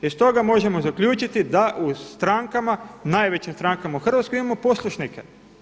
Iz toga možemo zaključiti da u strankama, najvećim strankama u Hrvatskoj imamo poslušnike.